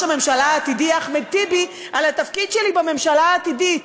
הממשלה העתידי אחמד טיבי על התפקיד שלי בממשלה העתידית.